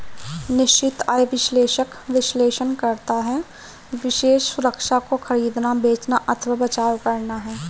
निश्चित आय विश्लेषक विश्लेषण करता है विशेष सुरक्षा को खरीदना, बेचना अथवा बचाव करना है